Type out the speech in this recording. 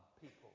people